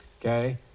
okay